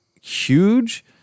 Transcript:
huge